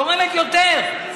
תורמת יותר.